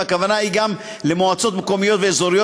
והכוונה היא גם למועצות מקומיות ואזוריות.